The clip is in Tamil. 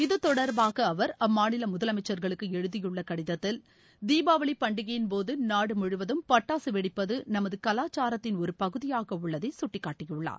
இத்தொடர்பாகஅவர் அம்மாநிலமுதலமைச்சர்களுக்குஎழுதியுள்ளகடிதத்தில் தீபாவளிபண்டிகையின் போதுநாடுமுழுவதும் பட்டாசுவெடிப்பது நமதுகலாச்சாரத்தின் ஒருபகுதியாகஉள்ளதைசுட்டிக்காட்டியுள்ளார்